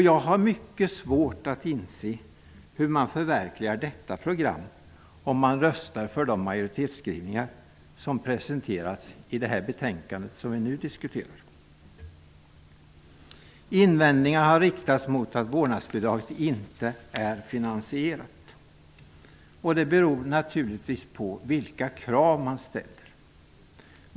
Jag har mycket svårt att inse hur man förverkligar detta program om man röstar för de majoritetsskrivningar som presenteras i det betänkande som vi nu diskuterar. Det har riktats invändningar mot att vårdnadsbidraget inte är finansierat. Det beror naturligtvis på vilka krav man ställer.